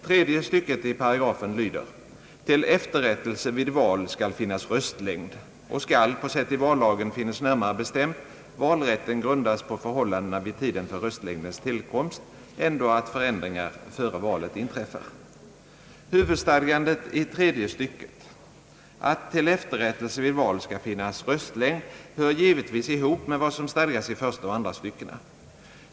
Tredje stycket i paragrafen lyder: »Till efterrättelse vid val skall finnas röstlängd; och skall, på sätt i vallagen finnes närmare bestämt, valrätten grundas på förhållandena vid tiden för röstlängdens tillkomst, ändå att förändring före valet inträffar.» Stadgandet i tredje stycket — att till efterrättelse vid val skall finnas röstlängd — hör givetvis ihop med vad som stadgas i första och andra styckena.